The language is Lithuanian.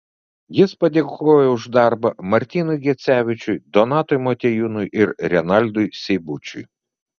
jis padėkojo už darbą martynui gecevičiui donatui motiejūnui ir renaldui seibučiui